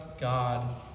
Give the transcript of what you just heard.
God